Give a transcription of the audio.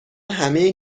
همه